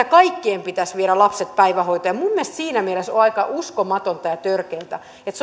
kaikkien pitäisi viedä lapset päivähoitoon minun mielestäni siinä mielessä on aika uskomatonta ja törkeätä että